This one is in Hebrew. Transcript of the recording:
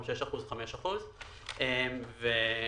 חמישה אחוזים במקום שישה אחוזים.